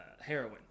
heroin